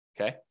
okay